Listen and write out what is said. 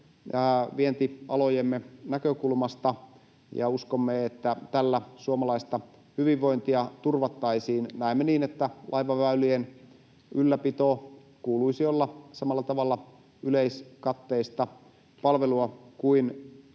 vientialojemme näkökulmasta. Uskomme, että tällä suomalaista hyvinvointia turvattaisiin. Näemme niin, että laivaväylien ylläpidon kuuluisi olla samalla tavalla yleiskatteista palvelua kuin